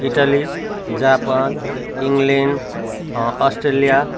Italy Japan England Australia